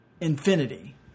Infinity